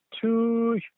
two